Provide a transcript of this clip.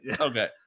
Okay